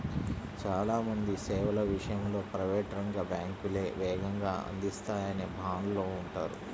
చాలా మంది సేవల విషయంలో ప్రైవేట్ రంగ బ్యాంకులే వేగంగా అందిస్తాయనే భావనలో ఉంటారు